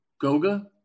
Goga